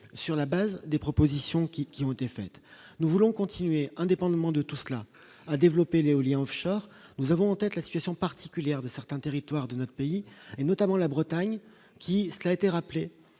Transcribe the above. sur la base des propositions qui ont été faites, nous voulons continuer indépendamment de tout cela, à développer l'éolien Offshore, nous avons en tête la situation particulière de certains territoires de notre pays et notamment la Bretagne qui, cela a été rappelé,